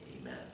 Amen